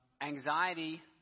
Anxiety